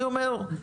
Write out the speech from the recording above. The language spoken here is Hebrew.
אני אומר,